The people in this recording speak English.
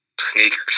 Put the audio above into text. Sneakers